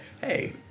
hey